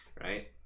right